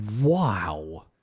wow